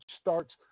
starts